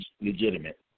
legitimate